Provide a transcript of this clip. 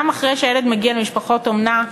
גם אחרי שהילד מגיע למשפחות אומנה,